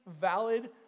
valid